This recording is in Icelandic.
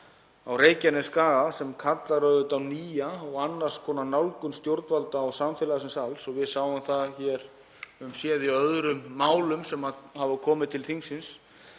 á Reykjanesskaga sem kallar á nýja og annars konar nálgun stjórnvalda og samfélagsins alls sem við höfum séð í öðrum málum sem hafa komið til þingsins.